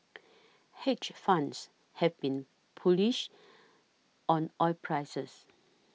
hedge funds have been bullish on oil prices